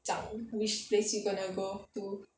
讲 which place you gonna go to